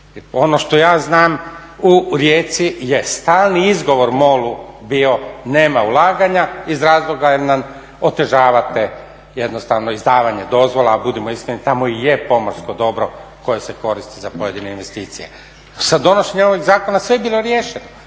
Ono što ja znam u Rijeci je stalni izgovor MOL-u bio nema ulaganja iz razloga jer nam otežavate jednostavno izdavanje dozvola. Budimo iskreni tamo i je pomorsko dobro koje se koristi za pojedine investicije. Sa donošenjem ovih zakona sve je bilo riješeno,